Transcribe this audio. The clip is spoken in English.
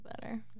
better